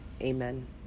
Amen